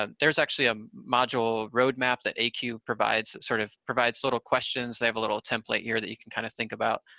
and there's actually a module road map that acue provides. it sort of provides little questions. they have a little template here that you can kind of think about,